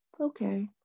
Okay